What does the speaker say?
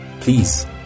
Please